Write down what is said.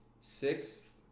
sixth